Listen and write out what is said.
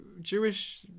Jewish